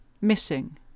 Missing